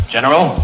General